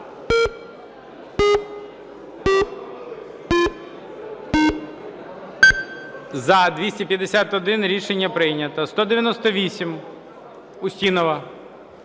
За-251 Рішення прийнято. 198, Устінова.